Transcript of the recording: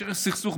כאשר יש סכסוך,